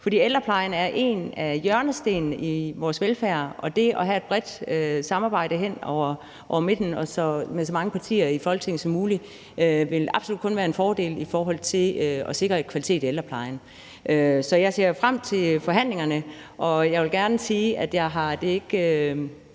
ældreplejen er en af hjørnestenene i vores velfærd. Det at have et bredt samarbejde hen over midten med så mange partier i Folketinget som muligt vil absolut kun være en fordel i forhold til at sikre kvalitet i ældreplejen. Så jeg ser frem til forhandlingerne, og jeg vil gerne sige, at jeg faktisk